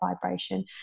vibration